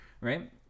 right